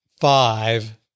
five